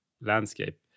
landscape